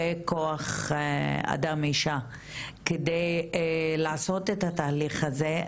וכוח אדם נשי כדי לעשות את התהליך הזה,